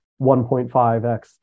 1.5x